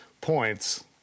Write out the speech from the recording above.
points